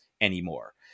anymore